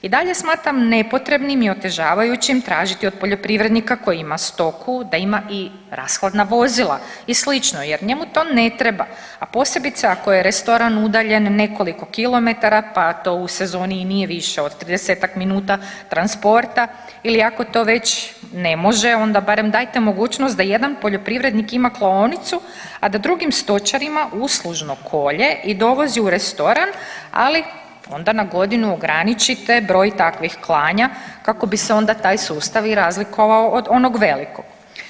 I dalje smatram nepotrebnim i otežavajućim tražiti od poljoprivrednika koji ima stoku da ima i rashodna vozila i sl. jer njemu to ne treba, a posebice ako je restoran udaljen nekoliko kilometara pa to u sezoni i nije više od 30-ak minuta transporta ili ako to već ne može onda barem dajte mogućnost da jedan poljoprivrednik ima klaonicu, a da drugim stočarima uslužno kolje i dovozi u restoran, ali onda na godinu ograničite broj takvih klanja kako bi se onda taj sustav i razlikovao od onog velikog.